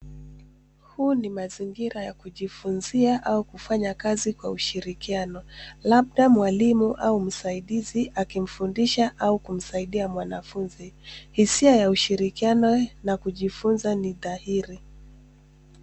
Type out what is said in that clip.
Huu ni mazingira ya kujifunzia au kufanya kazi kwa ushirikiano, labda mwalimu au msaidizi akimfundisha au kumsaidia mwanafunzi. Hisia ya ushirikiano na kujifunza ni dhahiri.